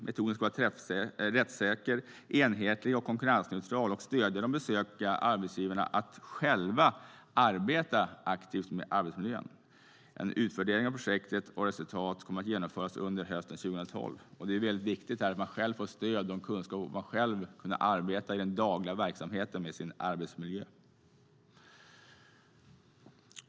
Metoden ska vara rättssäker, enhetlig och konkurrensneutral och ska vara ett stöd för de besökta arbetsgivarnas aktiva arbete med arbetsmiljön. En utvärdering av projektets resultat kommer att genomföras hösten 2012. Det är viktigt att man får stöd och kunskap så att man själv i den dagliga verksamheten kan arbeta med sin arbetsmiljö.